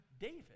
David